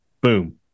boom